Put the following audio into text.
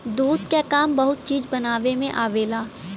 दूध क काम बहुत चीज बनावे में आवेला